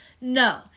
No